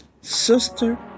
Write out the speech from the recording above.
sister